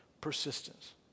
Persistence